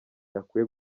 akwiye